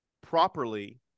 properly